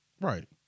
Right